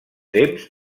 temps